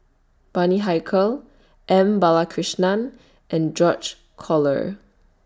Bani Haykal M Balakrishnan and George Collyer